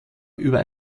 über